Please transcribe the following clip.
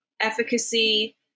efficacy